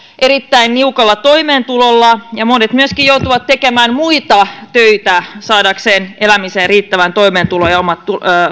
erittäin niukalla toimeentulolla ja monet myöskin joutuvat tekemään muita töitä saadakseen elämiseen riittävän toimeentulon ja omat